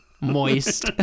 Moist